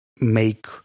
make